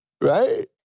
Right